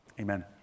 Amen